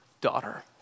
daughter